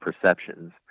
perceptions